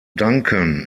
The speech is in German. duncan